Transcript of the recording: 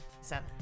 seven